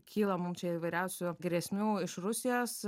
kyla mum čia įvairiausių grėsmių iš rusijos